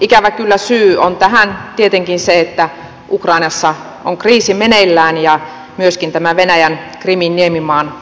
ikävä kyllä syy on tähän tietenkin se että ukrainassa on kriisi meneillään ja myöskin tämä venäjän krimin niemimaan valtaaminen